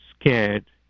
scared